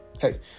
Hey